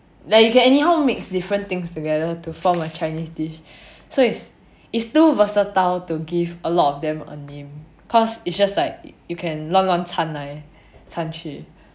like you can anyhow mix different things together to form a chinese dish so it's it's too versatile to give a lot of them a name cause it's just like you can 乱乱参来参去